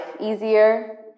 easier